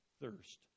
thirst